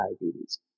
diabetes